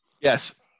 Yes